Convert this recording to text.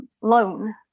loan